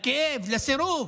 לכאב, לסירוב,